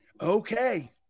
Okay